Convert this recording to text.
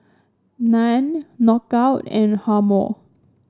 Nan Knockout and Hormel